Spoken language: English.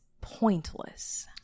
pointless